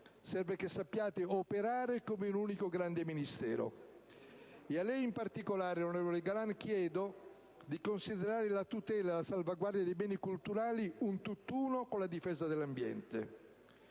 Serve che sappiate operare come un unico grande Ministero. A lei in particolare, ministro Galan, chiedo di considerare la tutela e la salvaguardia dei beni culturali un tutt'uno con la difesa dell'ambiente.